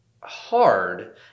hard